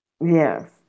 Yes